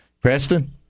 Preston